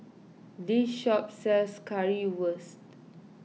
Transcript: this shop sells Currywurst